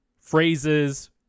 Phrases